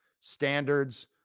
standards